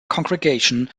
congregation